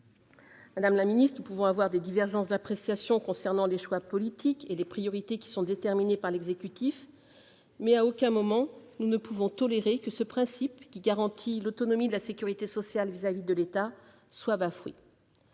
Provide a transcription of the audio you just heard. Madame la ministre, nous pouvons avoir des divergences d'appréciations concernant les choix politiques et les priorités qui sont déterminées par l'exécutif, mais à aucun moment nous ne pouvons tolérer que ce principe qui garantit l'autonomie de la sécurité sociale vis-à-vis de l'État soit bafoué.